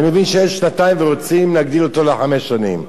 אני מבין שיש שנתיים ורוצים להגדיל לחמש שנים.